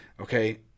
okay